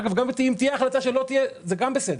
אגב, אם תהיה החלטה שלא תהיה, זה גם בסדר.